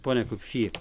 pone kupšy